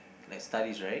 like studies right